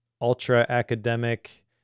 ultra-academic